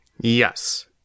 Yes